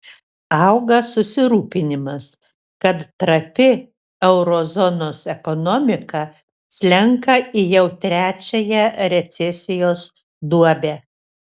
auga susirūpinimas kad trapi euro zonos ekonomika slenka į jau trečiąją recesijos duobę